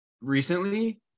recently